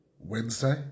Wednesday